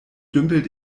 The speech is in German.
dümpelt